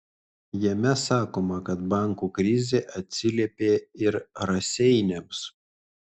jame sakoma kad bankų krizė atsiliepė ir raseiniams